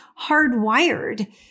hardwired